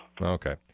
Okay